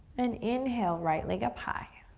and inhale, right leg up high.